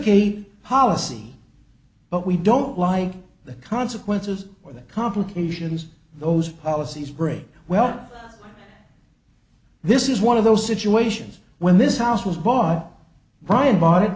dictate policy but we don't like the consequences or the complications those policies break well this is one of those situations when this house was bought bryan